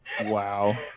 Wow